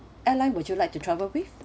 airline would you like to travel with